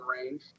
range